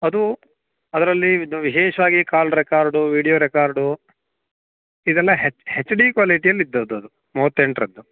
ಅದೂ ಅದರಲ್ಲಿ ವಿಶೇಷವಾಗಿ ಕಾಲ್ ರೆಕಾರ್ಡು ವೀಡ್ಯೋ ರೆಕಾರ್ಡು ಇದೆಲ್ಲ ಹೆಚ್ ಡಿ ಕ್ವಾಲಿಟಿಯಲ್ಲಿ ಇದ್ದದ್ದದು ಮೂವತ್ತೆಂಟರದ್ದು